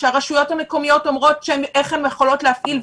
כשהרשויות המקומיות אומרות איך הן יכולות להפעיל,